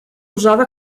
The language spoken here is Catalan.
usada